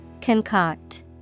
Concoct